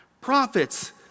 Prophets